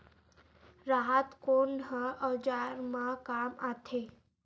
राहत कोन ह औजार मा काम आथे?